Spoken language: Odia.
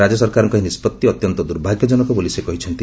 ରାଜ୍ୟ ସରକାରଙ୍କ ଏହି ନିଷ୍ପଭି ଅତ୍ୟନ୍ତ ଦୁର୍ଭାଗ୍ୟଜନକ ବୋଲି ସେ କହିଛନ୍ତି